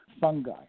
fungi